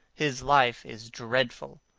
his life is dreadful.